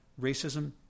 racism